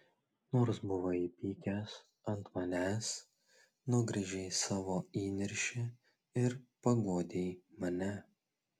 nors buvai įpykęs ant manęs nugręžei savo įniršį ir paguodei mane